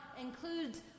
includes